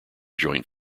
joint